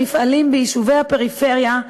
במפעלים ביישובי הפריפריה,